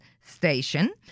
station